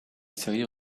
série